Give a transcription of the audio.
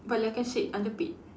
but like I said underpaid